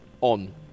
on